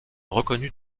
reconnu